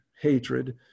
hatred